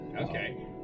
Okay